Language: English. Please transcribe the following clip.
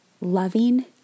loving